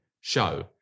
show